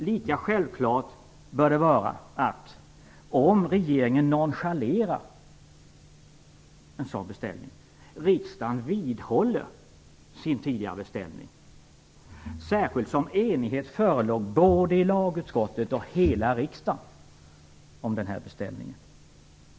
Lika självklart bör det vara att - om regeringen nonchalerar en sådan beställning - riksdagen vidhåller sin tidigare beställning, särskilt som enighet förelåg både i lagutskottet och i hela riksdagen om denna beställning.